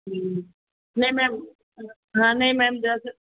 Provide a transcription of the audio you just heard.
नहीं मैम हाँ हाँ नहीं मैम जैसे